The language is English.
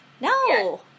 No